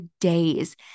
days